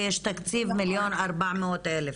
ויש תקציב 1.4 מיליון.